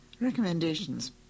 Recommendations